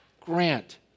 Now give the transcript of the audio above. grant